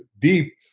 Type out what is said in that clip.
deep